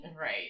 Right